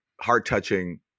heart-touching